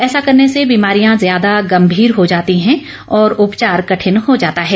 ऐसा करने से बीमारियां ज्यादा गंभीर हो जाती हैं और उपचार कठिन हो जाता है